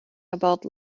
about